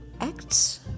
Acts